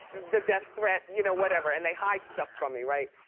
the death threat, you know whatever, and they hide stuff from me, right?